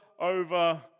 over